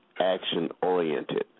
action-oriented